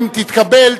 אם תתקבל,